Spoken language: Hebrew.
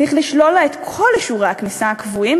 צריך לשלול לה את כל אישורי הכניסה הקבועים,